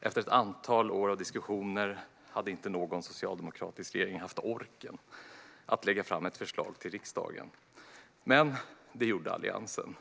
Efter ett antal år av diskussioner hade inte någon socialdemokratisk regering haft orken att lägga fram ett förslag till riksdagen. Men det gjorde Alliansen.